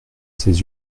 ses